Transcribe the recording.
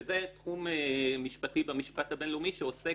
שזה תחום משפטי במשפט הבינלאומי שעוסק